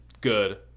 Good